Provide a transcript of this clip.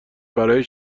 برای